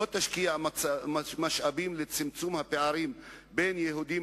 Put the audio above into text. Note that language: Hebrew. לא תשקיע משאבים בצמצום הפערים בין יהודים